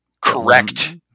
correct